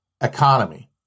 economy